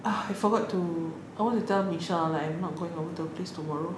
ah I forgot to I want to tell michelle like I not going over to her place tomorrow